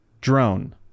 drone